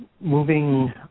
moving